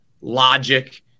logic